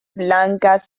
blancas